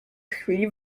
chwili